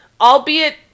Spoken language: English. albeit